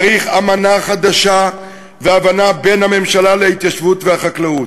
צריך אמנה חדשה והבנה בין הממשלה להתיישבות ולחקלאות.